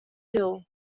hill